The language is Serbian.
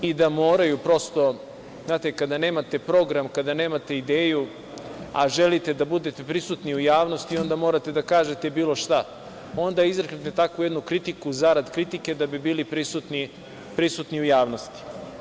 Prosto, znate, kada nemate program, kada nemate ideju, a želite da budete prisutni u javnosti, onda morate da kažete bilo šta, onda izreknete takvu jednu kritiku zarad kritike da bi bili prisutni u javnosti.